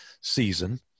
season